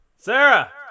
Sarah